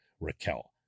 Raquel